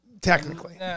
Technically